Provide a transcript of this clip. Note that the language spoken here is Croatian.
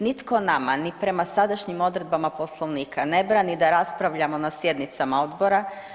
Nitko nama ni prema sadašnjim odredbama Poslovnika ne brani da raspravljamo na sjednicama odbora.